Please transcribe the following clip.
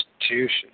institution